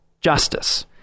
justice